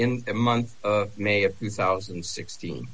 in the month of may of two thousand and sixte